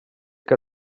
que